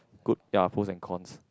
good ya pros and cons